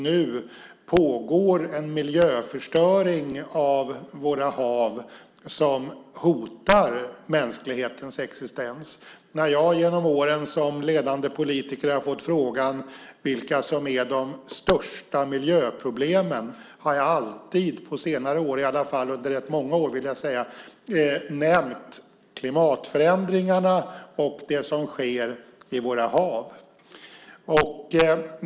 Nu pågår en miljöförstöring av våra hav som hotar mänsklighetens existens. När jag som ledande politiker genom åren har fått frågan vilka som är de största miljöproblemen har jag alltid på senare år och under rätt många år nämnt klimatförändringarna och det som sker i våra hav.